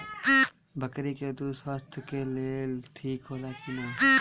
बकरी के दूध स्वास्थ्य के लेल ठीक होला कि ना?